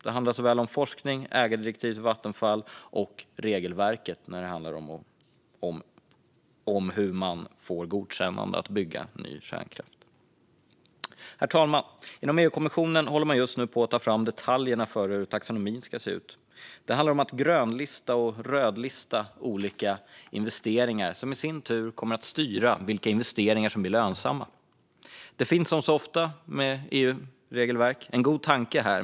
Det handlar om forskning, ägardirektiv till Vattenfall och regelverk för hur man får godkännande för att bygga ny kärnkraft. Herr talman! Inom EU-kommissionen håller man just nu på att ta fram detaljerna för hur taxonomin ska se ut. Det handlar om att grönlista och rödlista olika investeringar, något som i sin tur kommer att styra vilka investeringar som blir lönsamma. Det finns, som ofta med EU-regelverk, en god tanke.